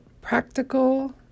Practical